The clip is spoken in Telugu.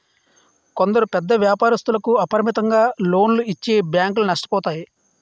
కొందరు పెద్ద వ్యాపారస్తులకు అపరిమితంగా లోన్లు ఇచ్చి బ్యాంకులు నష్టపోతాయి